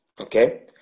okay